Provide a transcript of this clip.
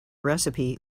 recipe